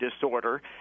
disorder